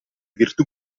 virtù